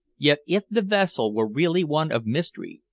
yet if the vessel were really one of mystery,